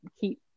keep